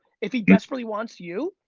if he desperately wants you,